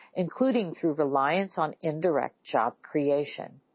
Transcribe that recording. including through reliance on indirect job creation.